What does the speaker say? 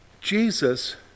Jesus